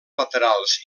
laterals